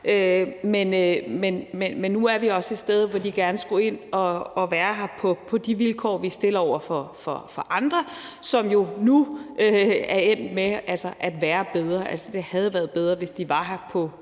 men nu er vi også et sted, hvor de gerne skulle ind at være her på de vilkår, vi tilbyder andre – vilkår, som jo nu er endt med at være bedre. Det havde været bedre, hvis de var her på